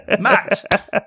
Matt